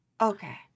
Okay